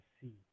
see